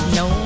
no